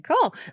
Cool